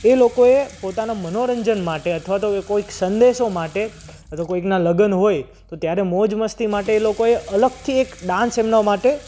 એ લોકોએ પોતાના મનોરંજન માટે અથવા તો કોઈક સંદેશો માટે કોઈકના લગ્ન હોય તો ત્યારે મોજ મસ્તી માટે એ લોકોએ અલગથી એક ડાન્સ એમના માટે